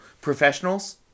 professionals